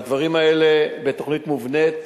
והדברים האלה בתוכנית מובנית.